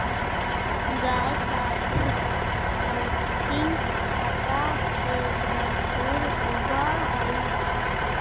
गाय का दूध पौष्टिकता से भरपूर होवअ हई